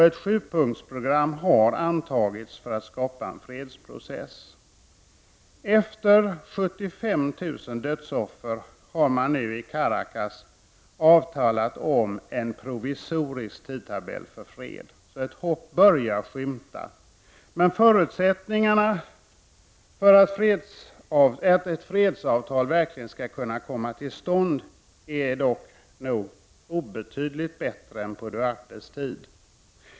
Ett sjupunktsprogram har antagits för att skapa en fredsprocess. Efter 75 000 dödsoffer har man i Caracas avtalat om en provisorisk tidtabell för fred. Ett hopp börjar alltså skymta. Förutsättningarna för att ett fredsavtal skall kunna komma till stånd är dock obetydligt större än på Duartes tid.